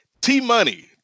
T-Money